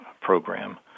Program